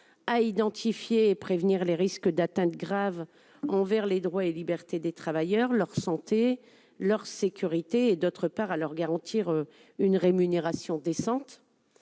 à identifier et prévenir les risques d'atteintes graves envers les droits et libertés des travailleurs, leur santé, leur sécurité et, d'autre part, à leur garantir une rémunération décente.